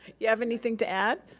you have anything to add?